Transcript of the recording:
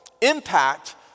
impact